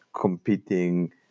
competing